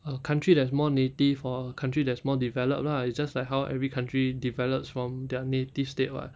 a country that is more native or country there's more developed lah it's just like how every country develops from their native state [what]